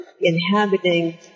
inhabiting